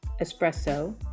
espresso